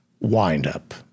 windup